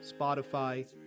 Spotify